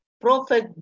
prophet